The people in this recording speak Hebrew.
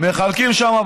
מחלקים שם,